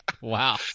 Wow